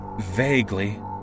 Vaguely